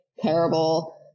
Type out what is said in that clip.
terrible